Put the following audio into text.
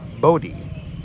Bodhi